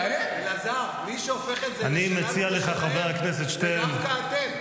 אלעזר, מי שהופך את זה לשלנו ושלהם זה דווקא אתם.